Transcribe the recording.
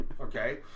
okay